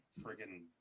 friggin